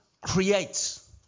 creates